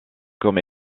comme